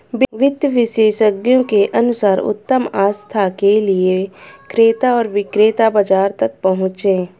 वित्त विशेषज्ञों के अनुसार उत्तम आस्था के लिए क्रेता और विक्रेता बाजार तक पहुंचे